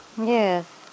Yes